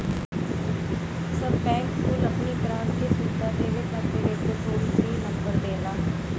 सब बैंक कुल अपनी ग्राहक के सुविधा देवे खातिर एगो टोल फ्री नंबर देला